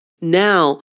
Now